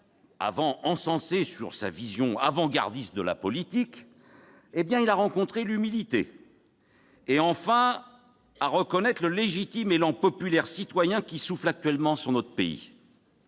précédemment pour sa vision avant-gardiste de la politique, a rencontré l'humilité et reconnu, enfin, le légitime élan populaire citoyen qui souffle actuellement sur notre pays.